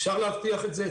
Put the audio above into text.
אפשר להבטיח את זה.